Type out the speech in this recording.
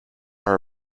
are